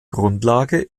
grundlage